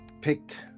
picked